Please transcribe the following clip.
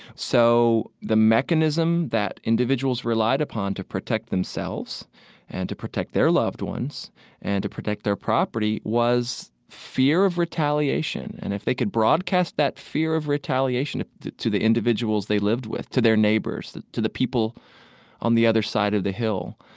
so the mechanism that individuals relied upon to protect themselves and to protect their loved ones and to protect their property was fear of retaliation. and if they could broadcast that fear of retaliation to the to the individuals they lived with, to their neighbors, to the people on the other side of the hill,